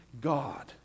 God